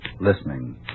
listening